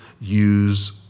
use